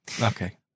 Okay